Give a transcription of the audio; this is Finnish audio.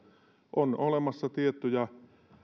on olemassa tiettyjä